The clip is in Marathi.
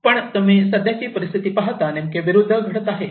पण तुम्ही सध्याची परिस्थिती पाहता नेमके विरुद्ध घडत आहे